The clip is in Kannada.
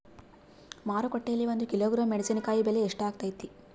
ಮಾರುಕಟ್ಟೆನಲ್ಲಿ ಒಂದು ಕಿಲೋಗ್ರಾಂ ಮೆಣಸಿನಕಾಯಿ ಬೆಲೆ ಎಷ್ಟಾಗೈತೆ?